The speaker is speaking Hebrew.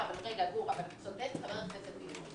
אבל צודק חבר הכנסת פינדרוס